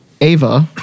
Ava